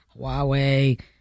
Huawei